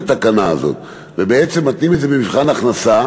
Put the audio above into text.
התקנה הזאת ובעצם מתנים את זה במבחן הכנסה,